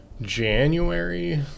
January